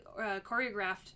choreographed